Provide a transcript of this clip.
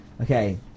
Okay